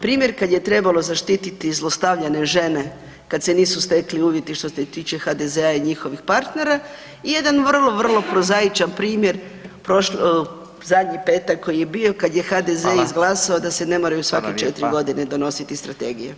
Primjer kad je trebalo zaštititi zlostavljane žene kad se nisu stekli uvjeti što se tiče HDZ-a i njihovih partnera i jedan vrlo vrlo prozaičan primjer zadnji petak koji je bio kad je HDZ izglasao da se ne moraju svaki 4.g. donositi strategije.